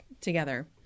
together